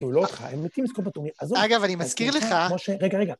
לא אותך, הם מתים לזכות בטורניר, עזוב... אגב, אני מזכיר לך... משה, רגע, רגע.